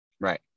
Right